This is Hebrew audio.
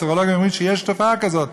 אבל פסיכולוגים אומרים שיש תופעה כזאת,